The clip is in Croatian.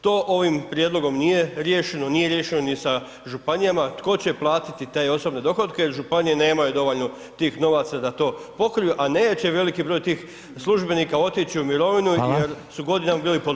To ovim prijedlogom nije riješeno, nije riješeno ni sa županijama, tko će platiti te osobne dohotke, županije nemaju dovoljno tih novaca da to pokriju a neće veliki broj tih službenika otići u mirovinu jer su godinama bili potplaćeni.